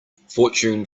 fortune